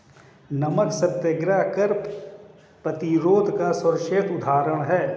नमक सत्याग्रह कर प्रतिरोध का सर्वश्रेष्ठ उदाहरण है